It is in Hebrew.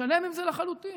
שלם עם זה לחלוטין.